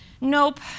Nope